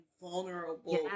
vulnerable